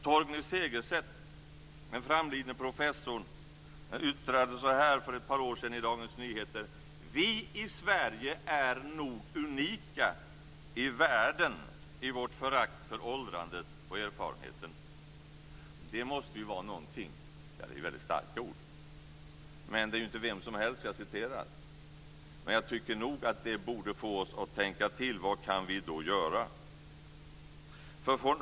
Torgny Segerstedt, den framlidna professorn, yttrade så här för ett par år sedan i Dagens Nyheter: "Vi i Sverige är nog unika i världen i vårt förakt för åldrandet och erfarenheten." Det är väldigt starka ord, men det är ju inte vem som helst som jag citerar. Men jag tycker nog att de borde få oss att tänka till: Vad kan vi då göra?